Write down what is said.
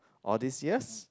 all these years